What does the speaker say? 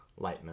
Lightman